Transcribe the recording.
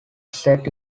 set